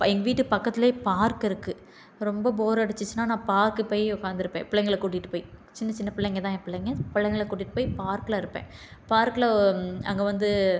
எங்கள் வீட்டு பக்கத்துலேயே பார்க் இருக்கு ரொம்ப போர் அடிச்சிச்சுனா நான் பார்க்கு போய் உக்காந்துருப்பேன் பிள்ளைங்கள கூட்டிட்டு போய் சின்ன சின்ன பிள்ளைங்கதான் என் பிள்ளைங்க பிள்ளைங்கள கூட்டிட்டு போய் பார்க்கில் இருப்பேன் பார்க்கில் அங்கே வந்து